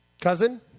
Cousin